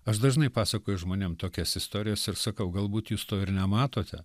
aš dažnai pasakoju žmonėm tokias istorijas ir sakau galbūt jūs to ir nematote